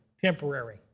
temporary